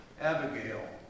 Abigail